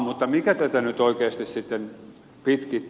mutta mikä tätä nyt oikeasti sitten pitkitti